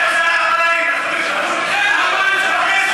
אתה יודע מה זה?